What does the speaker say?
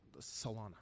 Solana